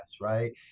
right